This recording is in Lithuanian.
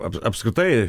ap apskritai